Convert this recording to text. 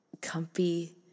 comfy